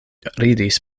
ridis